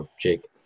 Jake